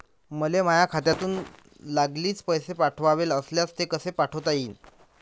मले माह्या खात्यातून लागलीच पैसे पाठवाचे असल्यास कसे पाठोता यीन?